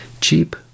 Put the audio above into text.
cheap